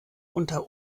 unter